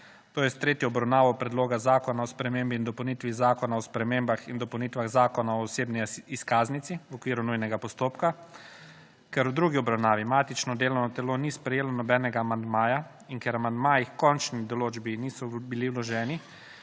s tretjo obravnavo Predloga zakona o spremembi in dopolnitvi zakona o spremembah in dopolnitvah zakona o osebni izkaznici v okviru nujnega postopka. Ker v drugi obravnavi matično delovno telo ni sprejelo nobenega amandmaja in ker amandmaji h končni določbi niso bili vloženi,